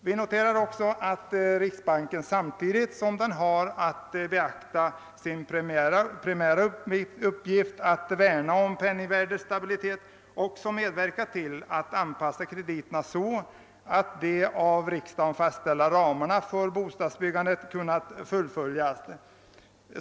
Vi noterar också att riksbanken, samtidigt som den har att beakta sin primära uppgift att värna om penningvärdets stabilitet, har medverkat till att anpassa krediterna så att de av riksdagen fastlagda ramarna för bostadsbyggandet kunnat hållas.